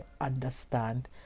understand